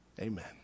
Amen